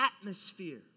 atmosphere